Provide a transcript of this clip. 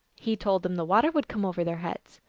he told them the water would come over their heads.